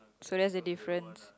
so that's a difference